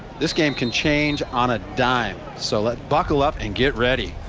this game can change on a dime. so, like buckle up and get ready.